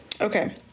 okay